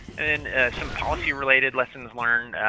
and some policy-related lessons learned.